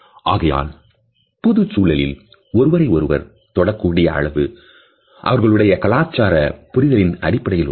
ஆகையால் பொது சூழலில் ஒருவரை ஒருவர் தொடக்கூடிய அளவு அவர்களுடைய கலாச்சார புரிதலின் அடிப்படையில் உள்ளது